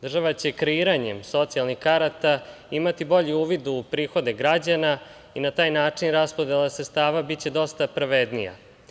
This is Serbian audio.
Država će kreiranjem socijalnih karata imati bolji uvid u prihode građana i na taj način raspodela sredstava biće dosta pravednija.